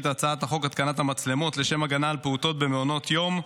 הצעת חוק התקנת מצלמות לשם הגנה על פעוטות במעונות יום,